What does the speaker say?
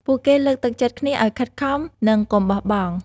ពួកគេលើកទឹកចិត្តគ្នាឲ្យខិតខំ និងកុំបោះបង់។